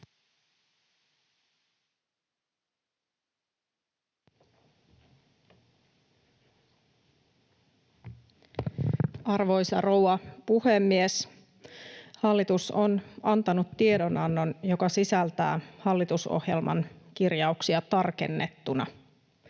Arvoisa rouva puhemies! Hallitus on antanut tiedonannon, joka sisältää hallitusohjelman kirjauksia tarkennettuina.